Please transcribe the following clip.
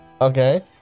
Okay